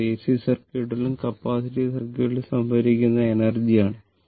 അത് AC സർക്യൂട്ടിലും capacitive സർക്യൂട്ടിലും സംഭരിച്ചിരിക്കുന്ന എനർജി ആണ്